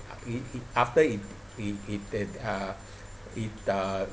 it it after it it it that uh it uh